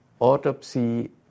Autopsy